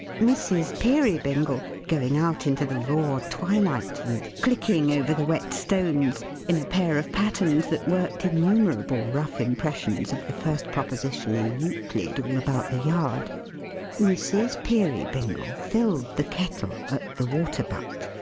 mrs. peerybingle going out into the raw twilight, and clicking over the wet stones in a pair of pattens that worked innumerable rough impressions of the first proposition in euclid all about the yard mrs. peerybingle filled the kettle at the water butt.